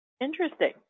Interesting